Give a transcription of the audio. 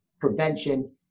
prevention